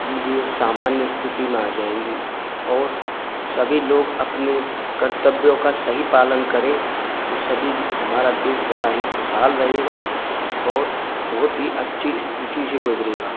चीज़ें सामान्य स्थिति में आ जाएंगी और सभी लोग अपने कर्तव्यों का सही पालन करें तो सभी हमारा देश बड़ा ही खुशहाल रहेगा और बहुत ही अच्छी स्थिति से गुजरेगा